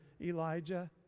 Elijah